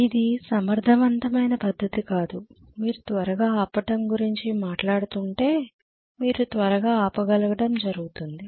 అది సమర్థత వంతమైన పద్ధతి కాదు మీరు త్వరగా ఆపటం గురించి మాట్లాడుతుంటే మీరు త్వరగా ఆపగలగటం జరుగుతుంది